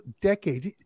decades